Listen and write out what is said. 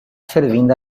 servindo